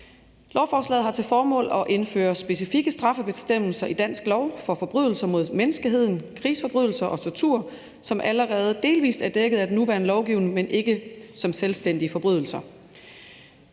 Lovforslaget har til formål at indføre specifikke straffebestemmelser i dansk lov for forbrydelser mod menneskeheden, krigsforbrydelser og tortur, som allerede delvis er dækket af den nuværende lovgivning, men ikke som selvstændige forbrydelser.